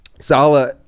Sala